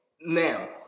Now